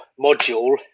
module